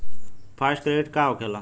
Fast credit का होखेला?